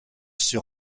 sur